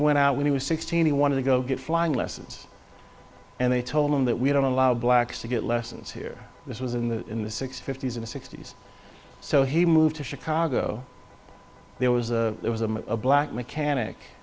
went out when he was sixteen he wanted to go get flying lessons and they told him that we don't allow blacks to get lessons here this was in the in the six fifty's and sixty's so he moved to chicago there was a there was a black mechanic